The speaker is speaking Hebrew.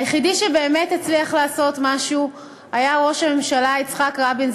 היחידי שבאמת הצליח לעשות משהו היה ראש הממשלה יצחק רבין,